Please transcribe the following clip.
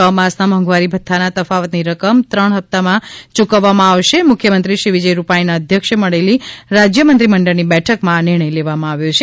છ માસના મોંધવારી ભથ્થાના તફાવતની રકમ ત્રણ હપ્તામાં ચુકવવામાં આવશે મુખ્યમંત્રીશ્રી વિજયભાઇ રૂપાણીના અધ્યક્ષે મળેલ રાજય મંત્રીમંડળની બેઠકમાં આ નિર્ણય લેવામાં આવ્યો છે